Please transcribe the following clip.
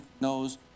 knows